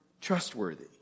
trustworthy